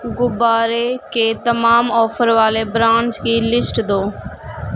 غبارے کے تمام آفر والے برانڈز کی لسٹ دو